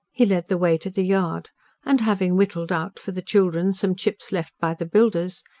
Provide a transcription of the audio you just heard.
he led the way to the yard and having whittled out for the children some chips left by the builders,